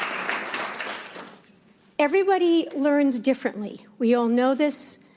um everybody learns differently. we all know this.